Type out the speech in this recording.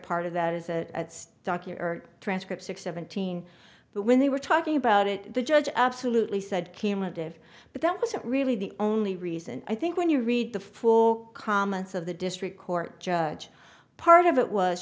part of that is a stockier transcript six seventeen but when they were talking about it the judge absolutely said kima dave but that wasn't really the only reason i think when you read the full comments of the district court judge part of it was